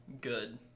good